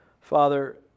father